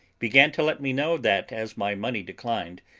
began to let me know, that as my money declined,